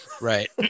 right